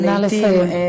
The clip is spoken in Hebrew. נא לסיים.